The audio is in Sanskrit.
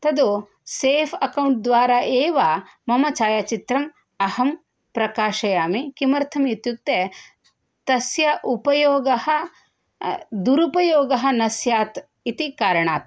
तत् सेफ़् अक्कौण्ट् द्वारा एव मम छायाचित्रम् अहं प्रकाशयामि किमर्थम् इत्युक्ते तस्य उपयोगः दूरुपयोगः न स्यात् इति कारणात्